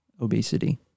obesity